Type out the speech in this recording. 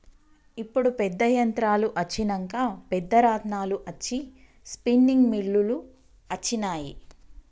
ఇప్పుడు పెద్ద యంత్రాలు అచ్చినంక పెద్ద రాట్నాలు అచ్చి స్పిన్నింగ్ మిల్లులు అచ్చినాయి